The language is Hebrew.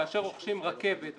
כאשר רוכשים רכבת,